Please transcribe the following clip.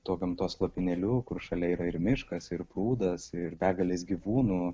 tuo gamtos lopinėliu kur šalia yra ir miškas ir prūdas ir begalės gyvūnų